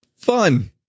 fun